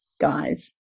guys